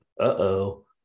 uh-oh